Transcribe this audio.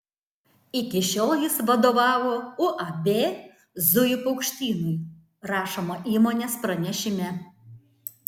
iki šiol jis vadovavo uab zujų paukštynui rašoma įmonės pranešime